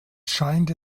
scheint